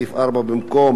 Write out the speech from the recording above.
בסעיף 4, במקום